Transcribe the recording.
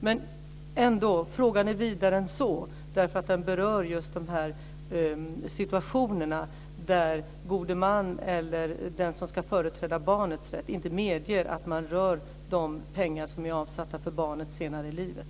Men frågan är ändå vidare än så, för den berör just de situationer där god man eller den som ska företräda barnets rätt inte medger att man rör de pengar som är avsatta för barnet senare i livet.